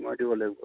মই দিব লাগিব